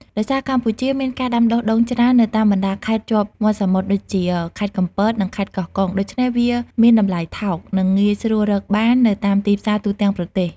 ដោយសារកម្ពុជាមានការដាំដុះដូងច្រើននៅតាមបណ្តាខេត្តជាប់មាត់សមុទ្រ ដូចជា ខេត្តកំពត និងខេត្តកោះកុង ដូច្នេះវាមានតម្លៃថោក និងងាយស្រួលរកបាននៅតាមទីផ្សារទូទាំងប្រទេស។